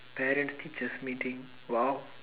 parent teachers meeting !wow!